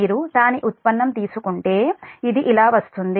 మీరు దాని ఉత్పన్నం తీసుకుంటే ఇది ఇలా వస్తుంది